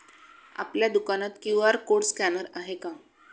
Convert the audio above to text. आपल्या दुकानात QR code scanner आहे का?